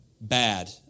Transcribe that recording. bad